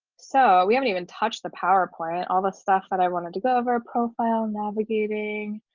so we haven't even touched the powerpoint, all the stuff that i wanted to go over profile navigating.